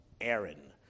Aaron